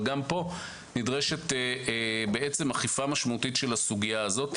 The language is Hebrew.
גם פה נדרשת אכיפה משמעותית של הסוגיה הזו.